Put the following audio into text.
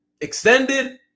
extended